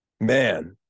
Man